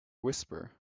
whisper